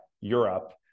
Europe